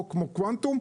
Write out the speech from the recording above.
או כמו קאונטום,